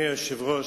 אדוני היושב-ראש,